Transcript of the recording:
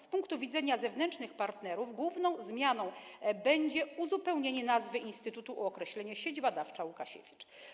Z punktu widzenia zewnętrznych partnerów główną zmianą będzie uzupełnienie nazwy instytutu o określenie: Sieć Badawcza Łukasiewicz.